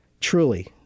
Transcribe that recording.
truly